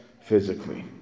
physically